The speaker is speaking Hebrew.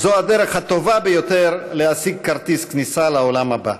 זו הדרך הטובה ביותר להשיג כרטיס כניסה לעולם הבא.